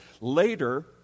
later